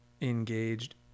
engaged